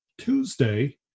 Tuesday